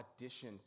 audition